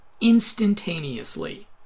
instantaneously